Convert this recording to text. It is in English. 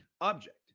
object